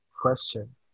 question